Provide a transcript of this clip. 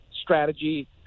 strategy